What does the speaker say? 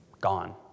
gone